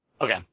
Okay